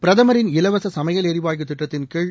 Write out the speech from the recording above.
பிரதமரின் இலவச சமையல் எரிவாயு திட்டத்தின்கீழ்